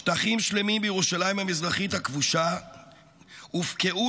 שטחים שלמים בירושלים המזרחית הכבושה הופקעו